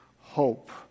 hope